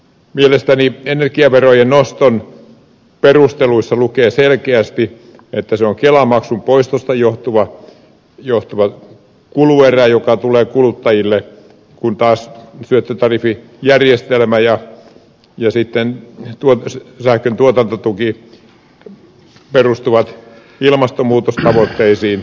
mielestäni energiaverojen noston perusteluissa lukee selkeästi että se on kelamaksun poistosta johtuva kuluerä joka tulee kuluttajille kun taas syöttötariffijärjestelmä ja jo sitten tuotos jääkö tuo sähköntuotantotuki perustuvat ilmastonmuutostavoitteisiin